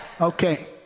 Okay